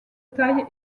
taille